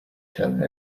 tone